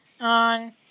on